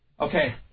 Okay